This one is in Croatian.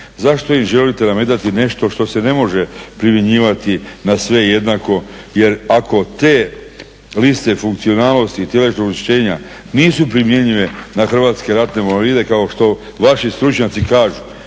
zašto im želite nametati nešto što se ne može primjenjivati na sve jednako jer ako te liste funkcionalnosti i tijesnog oštećenja nisu primjenjive na Hrvatske ratne vojne invalide kao što vaši stručnjaci kažu.